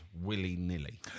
willy-nilly